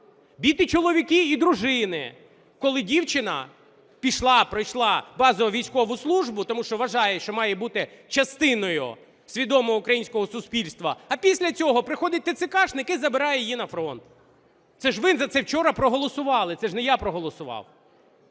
бити чоловіки і дружини, коли дівчина пішла пройшла базову військову службу, тому що вважає, що має бути частиною свідомого українського суспільства, а після цього приходить тецекашник і забирає її на фронт. Це ж ви за це вчора проголосували, це ж не я проголосував.